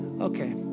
Okay